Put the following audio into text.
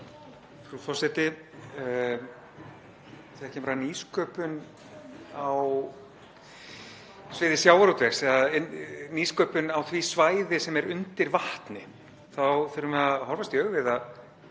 Frú forseti. Þegar kemur að nýsköpun á sviði sjávarútvegs eða nýsköpun á því svæði sem er undir vatni þá þurfum við að horfast í augu við það